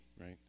right